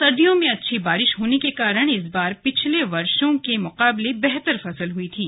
सर्दियों में अच्छी बारिश होने के कारण इस बार पिछले वर्षों के मुकाबले बेहतर फसल हई थी